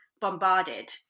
bombarded